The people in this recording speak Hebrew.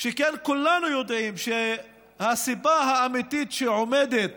שכן כולנו יודעים שהסיבה האמיתית שעומדת